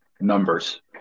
numbers